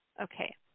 Okay